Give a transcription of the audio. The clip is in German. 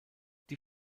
die